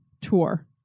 tour